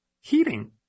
heating